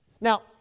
Now